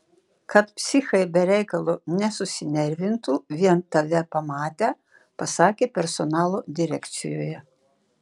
kad psichai be reikalo nesusinervintų vien tave pamatę pasakė personalo direkcijoje